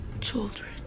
Children